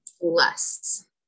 Less